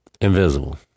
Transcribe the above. Invisible